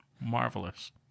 Marvelous